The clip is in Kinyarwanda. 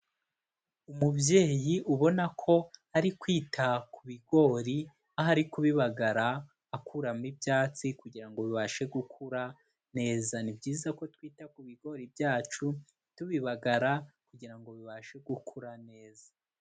Umubyeyi ubona ko ari kwita ku bigori, aho ari kubibagara akuramo ibyatsi kugira ngo bibashe gukura neza, ni byiza ko twita ku bigori byacu tubibagara kugira ngo bibashe gukura neza.